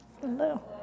hello